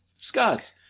Scots